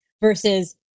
versus